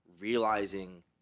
realizing